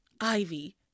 Ivy